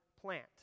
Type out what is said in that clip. plant